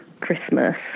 christmas